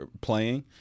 playing –